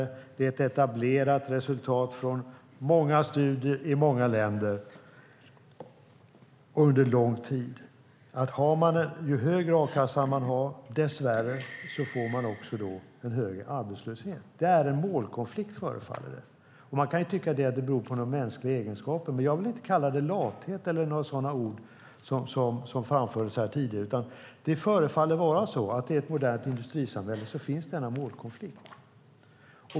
Det är ett etablerat resultat från många studier, i många länder och under lång tid. Ju högre a-kassa man har, desto högre arbetslöshet får man dess värre också. Det förefaller vara en målkonflikt. Man kan tycka att det beror på en mänsklig egenskap, men jag vill inte kalla det lathet eller använda några sådana ord som framfördes här tidigare. Det förefaller vara så att i ett modernt industrisamhälle finns denna målkonflikt.